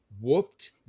whooped